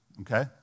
okay